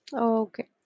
Okay